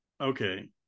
okay